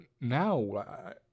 now